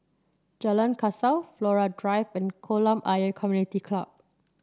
Jalan Kasau Flora Drive and Kolam Ayer Community Club